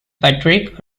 patrick